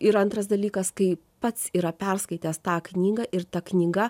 ir antras dalykas kai pats yra perskaitęs tą knygą ir ta knyga